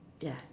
ya